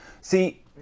See